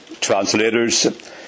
translators